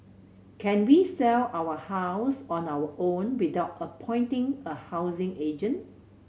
can we sell our house on our own without appointing a housing agent